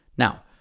Now